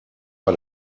bei